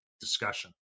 discussion